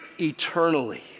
eternally